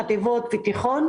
לחטיבות ולתיכון.